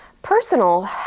personal